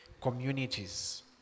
communities